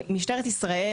משטרת ישראל